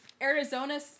Arizona